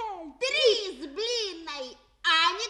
trys blynai anikai